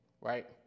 right